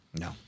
No